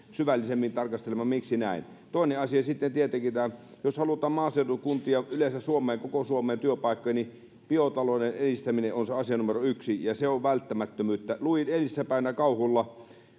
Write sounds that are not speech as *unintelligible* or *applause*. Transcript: *unintelligible* syvällisemmin tarkastelemaan miksi näin toinen asia on sitten tietenkin tämä jos halutaan maaseudun kuntiin ja yleensä koko suomeen työpaikkoja niin biotalouden edistäminen on se asia numero yksi ja se on välttämättömyyttä luin eilissäpäivänä kauhulla